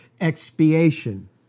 expiation